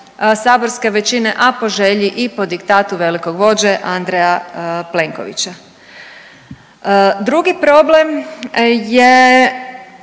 saborske većine, a po želji i po diktatu velikog vođe Andreja Plenkovića. Drugi problem je